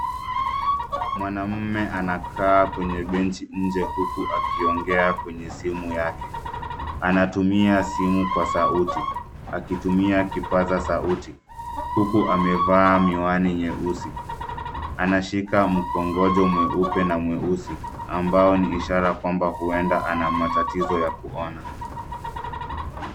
Mwanaume anakaa kwenye bench nje huku akiongea kwenye simu yake anatumia simu kwa sauti akituia kipaza sauti huku amevaa miwani nyeusi anashika mkongojo mweupe na mweusi ambao ni ishara kwamba huenda ana matatizo ya kuona.